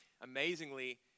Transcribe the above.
amazingly